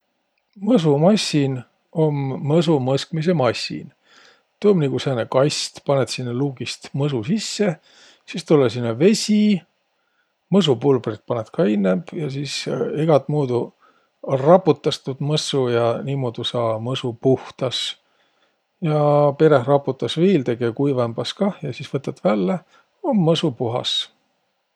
Mõsumassin um mõsumõskmisõ massin. Tuu um nigu sääne kast. Panõt sinnäq luugist mõsu sisse. Sis tulõ sinnäq vesi. Mõsupulbrit panõt ka innemb ja sis egät muudu raputas tuud mõssu ja niimuudu saa mõsu puhtas. Ja peräh raputas viil, tege kuivõmbas kah ja sis võtat vällä, om mõsu puhas.